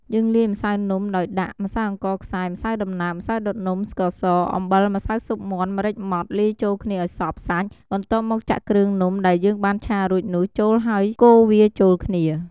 យើងលាយម្សៅនំដោយដាក់ ម្សៅអង្ករខ្សាយ ម្សៅដំណើប ម្សៅដុតនំ ស្ករស អំបិល ម្សៅស៊ុបមាន់ ម្រេចម៉ដ្ឋ លាយចូលគ្នាឱ្យសព្វសាច់ បន្ទាប់មកចាក់គ្រឿងនំដែលយើងបានឆារួចនោះចូលហើយកូរវាចូលគ្នា។